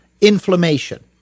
inflammation